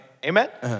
Amen